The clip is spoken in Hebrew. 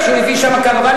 איך הוא הביא לשם קרוונים,